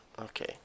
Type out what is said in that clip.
Okay